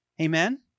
Amen